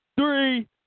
Three